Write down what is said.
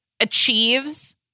achieves